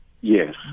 yes